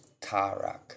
Tarak